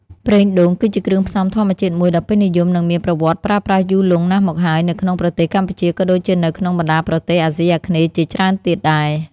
ប្រេងដូង គឺជាគ្រឿងផ្សំធម្មជាតិមួយដ៏ពេញនិយម និងមានប្រវត្តិប្រើប្រាស់យូរលង់ណាស់មកហើយនៅក្នុងប្រទេសកម្ពុជាក៏ដូចជានៅក្នុងបណ្តាប្រទេសអាស៊ីអាគ្នេយ៍ជាច្រើនទៀតដែរ។